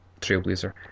Trailblazer